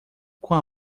com